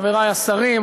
חברי השרים,